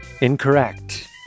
Incorrect